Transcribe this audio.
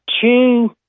two